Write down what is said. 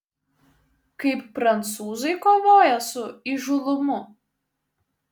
kaip prancūzai kovoja su įžūlumu